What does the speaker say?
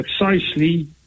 precisely